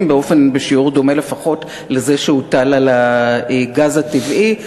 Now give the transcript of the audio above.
בשיעור דומה לפחות לזה שהוטל על הגז הטבעי.